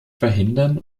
verhindern